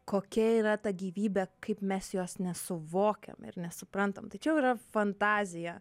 kokia yra ta gyvybė kaip mes jos nesuvokiam ir nesuprantam tai čia jau yra fantazija